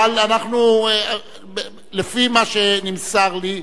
אבל לפי מה שנמסר לי,